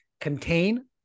contain